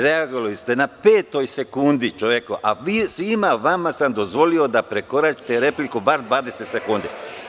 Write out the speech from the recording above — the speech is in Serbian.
Reagovali ste na petoj sekundi čoveku, a svima vama sam dozvolio da prekoračite repliku bar 20 sekundi.